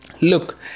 Look